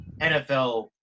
NFL